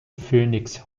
phönix